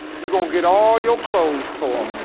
you gonna get all your clothes tore um